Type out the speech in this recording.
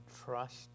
trust